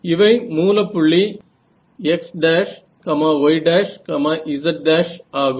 இவை மூல புள்ளி x'y'z' ஆகும்